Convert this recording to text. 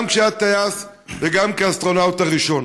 גם כשהיה טייס וגם כאסטרונאוט הראשון.